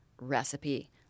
recipe